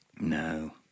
No